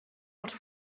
els